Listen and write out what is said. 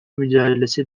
mücadelesi